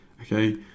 Okay